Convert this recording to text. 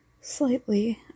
slightly